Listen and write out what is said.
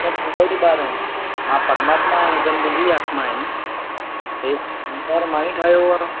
इहे सभु मुंहिंजा ई ॿार आहिनि मां परमात्मा आहियां इहे सभु मुंहिंजी ई आत्मा आहिनि इहे संसार मां ई ठायो आहे